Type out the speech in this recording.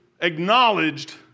acknowledged